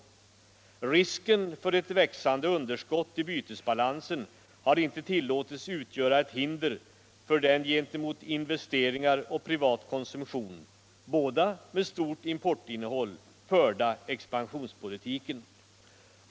Risken för ett växande underskott i bytesbalansen har inte tillåtits utgöra ett hinder för den gentemot investeringar och privat konsumtion — båda med stort importinnehåll — förda expansionspolitiken.